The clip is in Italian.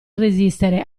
resistere